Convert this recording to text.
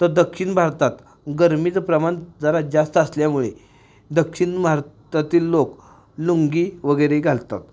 तर दक्षिण भारतात गरमीचं प्रमाण जरा जास्त असल्यामुळे दक्षिण भारतातील लोक लुंगी वगैरे घालतात